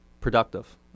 productive